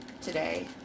today